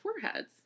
foreheads